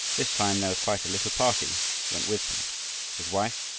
this time there was quite a little party went with him his wife,